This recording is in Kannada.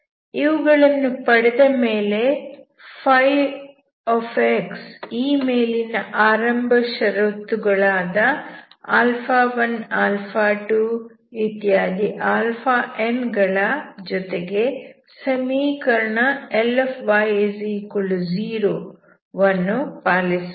ಇವುಗಳನ್ನು ಪಡೆದ ಮೇಲೆ φ ಈ ಮೇಲಿನ ಆರಂಭಿಕ ಷರತ್ತು ಗಳಾದ 1 2 n ಗಳ ಜೊತೆಗೆ ಸಮೀಕರಣ Ly0 ವನ್ನು ಪಾಲಿಸುತ್ತದೆ